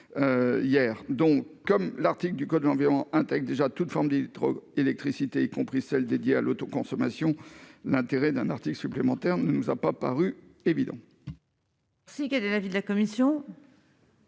hier. Comme le droit en vigueur intègre déjà toutes les formes d'électricité, y compris celle dédiée à l'autoconsommation, l'intérêt d'un article supplémentaire ne nous a pas paru évident.